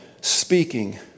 speaking